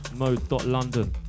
mode.london